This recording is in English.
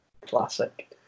Classic